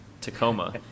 Tacoma